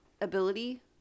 ability